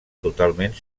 totalment